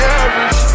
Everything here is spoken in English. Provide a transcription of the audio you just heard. average